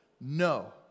No